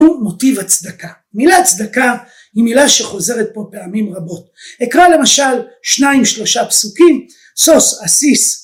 הוא מוטיב הצדקה, המילה צדקה היא מילה שחוזרת פה פעמים רבות, אקרא למשל שניים שלושה פסוקים, שוש אשיש